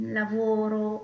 lavoro